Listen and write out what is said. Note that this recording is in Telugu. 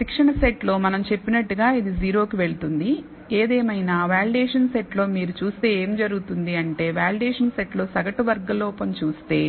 శిక్షణ సెట్ లో మనం చెప్పినట్లు ఇది 0 కి వెళుతుంది ఏదేమైనా వాలిడేషన్ సెట్లో మీరు చూస్తే ఏమి జరుగుతుంది అంటే వాలిడేషన్ సెట్లో సగటు వర్గ లోపం చూస్తే